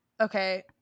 okay